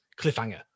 cliffhanger